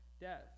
death